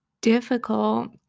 difficult